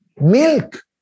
Milk